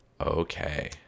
Okay